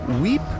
Weep